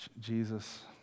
Jesus